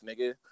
nigga